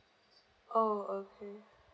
oh okay